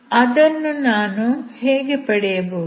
ಅದನ್ನು ನಾನು ಹೇಗೆ ಪಡೆಯಬಹುದು